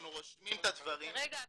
אנחנו רושמים את הדברים --- רגע,